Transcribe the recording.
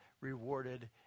rewarded